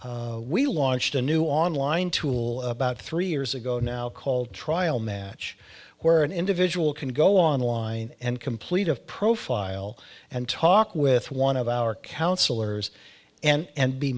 we launched a new online tool about three years ago now called trial match where an individual can go online and complete of profile and talk with one of our counselors and